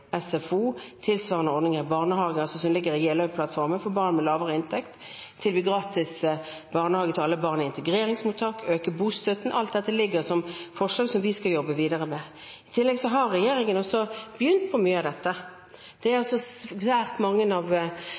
SFO, tilsvarende ordninger i barnehager, som ligger i Jeløya-plattformen for barn i familier med lavere inntekt, tilbud om gratis barnehage til alle barn i integreringsmottak og økt bostøtte. Dette ligger som forslag som vi skal jobbe videre med. I tillegg har regjeringen også begynt på mye av dette. Det er svært mange av